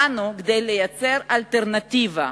באנו כדי לייצר אלטרנטיבה.